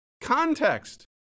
context